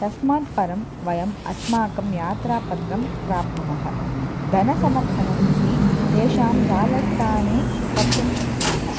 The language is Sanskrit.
तस्मात् परं वयम् अस्माकं यात्रापत्रं प्राप्नुमः धनसमर्पणम् अपि तेषां जालस्थाने कर्तुं शक्नुमः